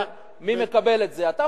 אתה אף פעם לא יודע מי מקבל את זה.